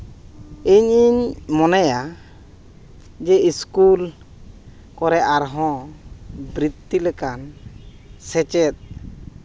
ᱤᱧᱤᱧ ᱢᱚᱱᱮᱭᱟ ᱡᱮ ᱤᱥᱠᱩᱞ ᱠᱚᱨᱮᱫ ᱟᱨᱦᱚᱸ ᱵᱨᱤᱛᱛᱤ ᱞᱮᱠᱟᱱ ᱥᱮᱪᱮᱫ